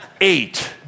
Eight